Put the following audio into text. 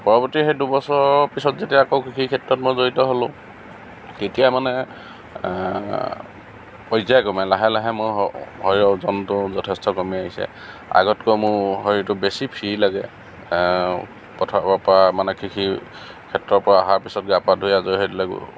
পৰৱৰ্তী সেই দুবছৰৰ পিছত যেতিয়া আকৌ কৃষিৰ ক্ষেত্ৰত মই জড়িত হ'লোঁ তেতিয়া মানে পৰ্য্যায়ক্ৰমে লাহে লাহে মোৰ শৰীৰৰ ওজনটো যথেষ্ট কমি আহিছে আগতকৈ মোৰ শৰীৰটো বেছি ফ্ৰি লাগে পথাৰৰ পৰা মানে কৃষিক্ষেত্ৰৰ পৰা অহাৰ পিছত গা পা ধুই আজৰি হৈ দিলে